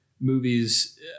movies